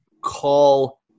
call